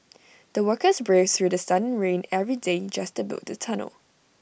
the workers braved through sun and rain every day just to build the tunnel